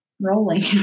rolling